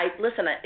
Listen